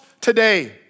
today